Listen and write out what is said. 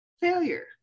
Failure